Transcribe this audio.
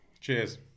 Cheers